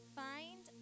find